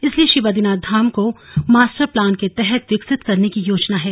इसलिए श्री बद्रीनाथ धाम को master plan के तहत विकसित करने की योजना है